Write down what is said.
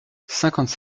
cinquante